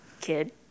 kid